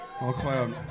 Incroyable